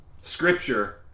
scripture